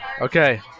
Okay